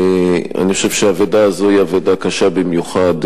אני חושב שהאבדה הזו היא אבדה קשה במיוחד.